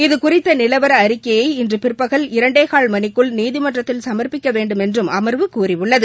இது குறித்த நிலவர அறிக்கையை இன்று பிற்பகல் இரண்டேகால் மணிக்குள் நீதிமன்றத்தில் சமா்ப்பிக்க வேண்டுமென்றும் அமா்வு கூறியுள்ளது